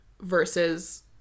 versus